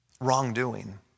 wrongdoing